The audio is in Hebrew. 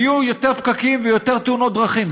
ויהיו יותר פקקים ויותר תאונות דרכים,